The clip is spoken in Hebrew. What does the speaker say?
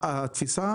התפיסה